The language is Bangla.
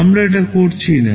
আমরা এটা করছি না